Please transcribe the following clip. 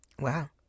Wow